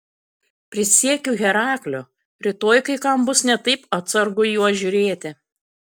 prisiekiu herakliu rytoj kai kam bus ne taip atsargu į juos žiūrėti